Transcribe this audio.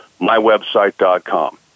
mywebsite.com